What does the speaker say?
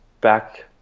back